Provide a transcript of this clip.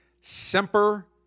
Semper